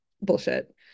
Bullshit